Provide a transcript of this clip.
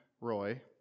Roy